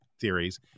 theories